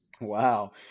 Wow